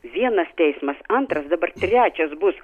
vienas teismas antras dabar trečias bus